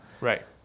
Right